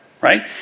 Right